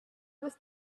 was